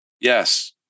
Yes